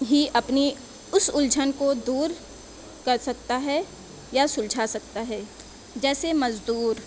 ہی اپنی اس الجھن کو دور کر سکتا ہے یا سلجھا سکتا ہے جیسے مزدور